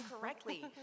correctly